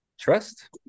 trust